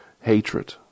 hatred